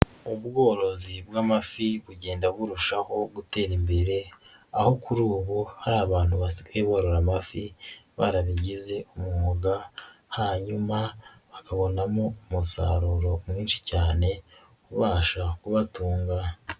Ubworozi bw'amafi bugenda burushaho gutera imbere, aho kuri ubu hari abantu basigaye borora amafi barabigize umwuga hanyuma bakabonamo umusaruro mwinshi cyane ubasha kubatunga.